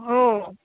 हो